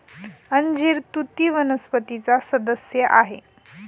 अंजीर तुती वनस्पतीचा सदस्य आहे